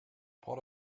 port